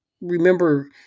remember